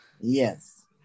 Yes